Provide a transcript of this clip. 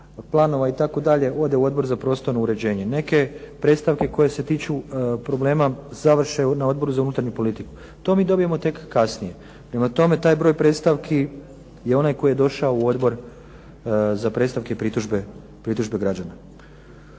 planova itd. ode u Odbor za prostorno uređenje. Neke predstavke koje se tiče problema završe na Odboru za unutarnju politiku. To mi dobijemo tek kasnije. Prema tome, taj broj predstavki je onaj koji je došao u Odbor za predstavke i pritužbe građana.